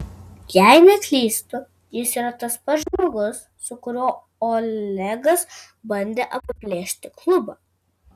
jei neklystu jis yra tas pats žmogus su kuriuo olegas bandė apiplėšti klubą